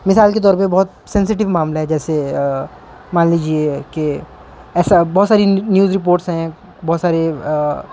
مثال کے طور پہ بہت سینسٹیو معاملہ ہے جیسے مان لیجیے کہ ایسا بہت ساری نیوز رپورٹس ہیں بہت سارے